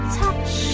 touch